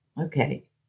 Okay